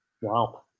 Wow